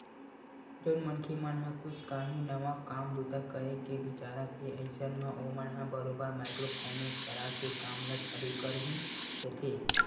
जउन मनखे मन ह कुछ काही नवा काम बूता करे के बिचारत हे अइसन म ओमन ह बरोबर माइक्रो फायनेंस करा के काम ल चालू कर ही लेथे